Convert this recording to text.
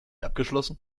abgeschlossen